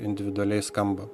individualiai skamba